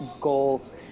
goals